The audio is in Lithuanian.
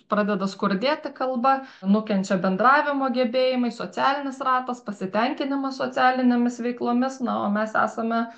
pradeda skurdėti kalba nukenčia bendravimo gebėjimai socialinis ratas pasitenkinimas socialinėmis veiklomis na o mes esame